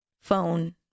phone